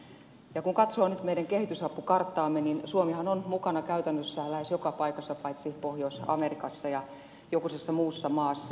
ja kun katsoo nyt meidän kehitysapukarttaamme niin suomihan on mukana käytännössä lähes joka paikassa paitsi pohjois amerikassa ja jokusessa muussa maassa